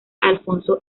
alfonso